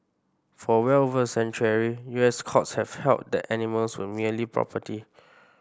for well over a century U S courts have held that animals were merely property